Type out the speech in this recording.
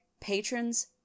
patrons